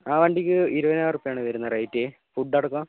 ആ വണ്ടിക്ക് ഇരുപതിനായിറുപ്പ്യ ആണ് വരുന്നത് റേറ്റ് ഫുഡ്ഡടക്കം